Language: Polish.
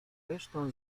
resztę